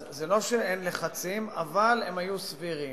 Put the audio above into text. זה לא שאין לחצים, אבל הם היו סבירים.